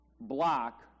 block